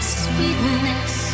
sweetness